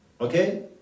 okay